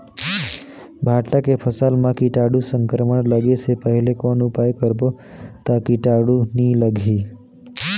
भांटा के फसल मां कीटाणु संक्रमण लगे से पहले कौन उपाय करबो ता कीटाणु नी लगही?